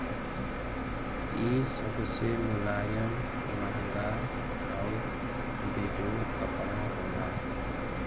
इ सबसे मुलायम, महंगा आउर बेजोड़ कपड़ा होला